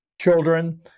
Children